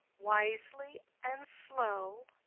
wisely, and slow.